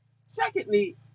Secondly